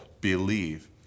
believe